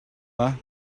dda